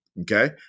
okay